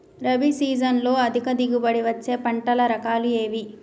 రబీ సీజన్లో అధిక దిగుబడి వచ్చే పంటల రకాలు ఏవి?